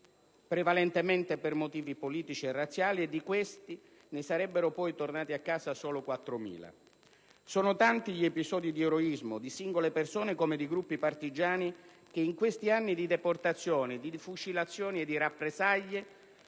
prevalentemente per motivi politici e razziali, e di questi ne sarebbero poi tornati a casa solo 4.000. Sono tanti gli episodi di eroismo di singole persone come di gruppi partigiani, che in quegli anni di deportazioni, fucilazioni e rappresaglie